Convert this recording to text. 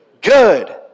Good